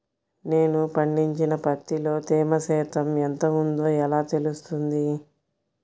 నేను పండించిన పత్తిలో తేమ శాతం ఎంత ఉందో ఎలా తెలుస్తుంది?